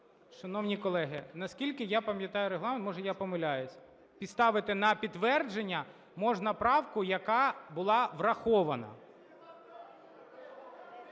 Шановні колеги, наскільки я пам'ятаю Регламент, може, я помиляюся, ставити на підтвердження можна правку, яка була врахована.